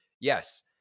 Yes